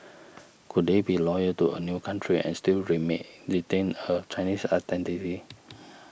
could they be loyal to a new country and still remain retain a Chinese identity